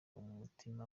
umutima